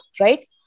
right